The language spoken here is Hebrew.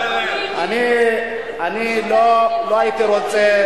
לא הייתי רוצה,